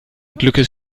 glückes